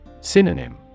Synonym